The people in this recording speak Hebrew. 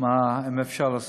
אפשר לעשות.